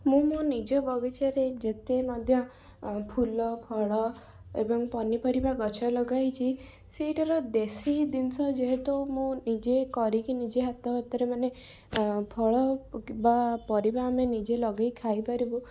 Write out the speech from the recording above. ମୁଁ ମୋ ନିଜ ବଗିଚାରେ ଯେତେ ମଧ୍ୟ ଉଁ ଫୁଲ ଫଳ ଏବଂ ପନିପରିବା ଗଛ ଲଗାଇଛି ସେଇଟାର ଦେଶୀ ଜିନିଷ ଯେହେତୁ ମୁଁ ନିଜେ କରିକି ନିଜ ହାତ ହତିରେ ମାନେ ଅଁ ଫଳ ବା ପରିବା ଆମେ ନିଜେ ଲଗେଇ ଖାଇପାରିବୁ